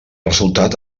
resultat